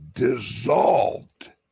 dissolved